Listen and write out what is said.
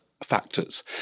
Factors